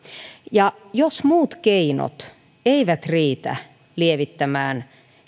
ja jos muut keinot eivät riitä lievittämään